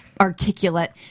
articulate